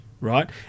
right